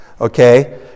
okay